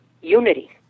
unity